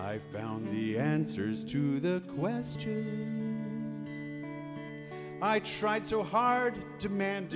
i found the answers to the question i tried so hard demand